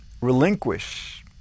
relinquish